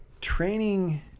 training